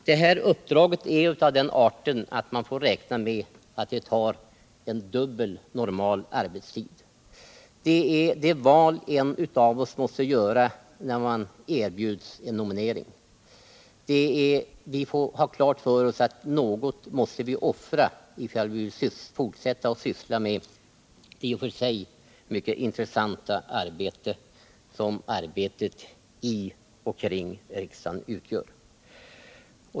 Det här uppdraget är av den arten att det tar en dubbel normal arbetstid. Det är det val som envar måste göra när man erbjuds en nominering. Vi får ha klart för oss att något måste vi avstå, ifall vi vill fortsätta att syssla med det i och för sig mycket intressanta jobb som arbetet i och kring riksdagen utgör.